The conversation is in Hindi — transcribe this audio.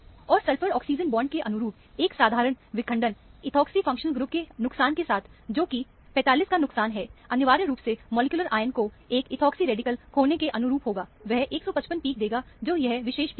और सल्फर ऑक्सीजन बॉन्ड के अनुरूप एक साधारण विखंडन एथोक्सी फंक्शनल ग्रुप के नुकसान के साथ जो कि 45 का नुकसान है अनिवार्य रूप से मॉलिक्यूलर आयन को एक एथोक्सी रेडिकल खोने के अनुरूप होगा वह 155 पीक देगा जो यह विशेष पिक है